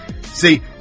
see